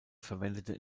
verwendete